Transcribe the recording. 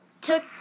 took